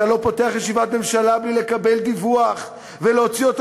אתה לא פותח ישיבת ממשלה בלי לקבל דיווח ולהוציא אותו